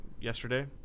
yesterday